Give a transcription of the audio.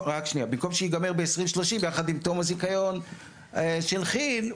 במקום שזה יגמר ב- 2030 יחד עם תום הזיכיון של כיל,